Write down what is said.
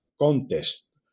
contest